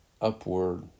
upward